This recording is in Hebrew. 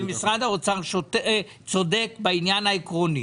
ושמשרד האוצר צודק בעניין העקרוני.